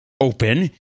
open